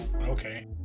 okay